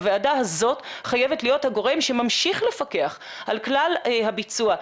הוועדה הזאת חייבת להיות הגורם שממשיך לפקח על כלל הביצוע.